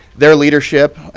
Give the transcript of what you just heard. their leadership,